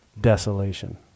desolation